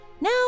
now